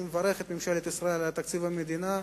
אני מברך את ממשלת ישראל על תקציב המדינה,